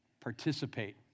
participate